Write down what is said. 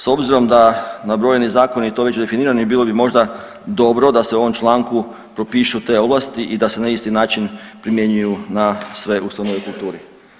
S obzirom da nabrojeni zakoni to već definiraju, bilo bi možda dobro da se u ovom članku propišu te ovlasti i da se na isti način primjenjuju na sve ustanove u kulturi.